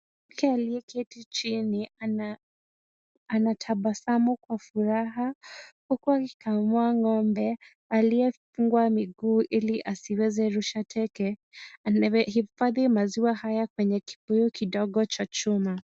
Mke aliyeketi chini anatabasamu kwa furaha huku akikamua ng'ombe aliayefungwa miguu ili asiweze kurusha teke. Anahifadhi maziwa hayo kwenye kibuyu kidogo cha chuma.